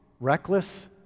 reckless